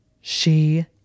She